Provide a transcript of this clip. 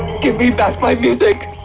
give me back my music!